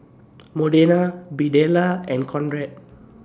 Modena Birdella and Conrad